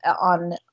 on